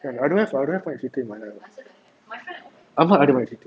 ya I don't have I don't have banyak cerita in my life ahmad ada banyak cerita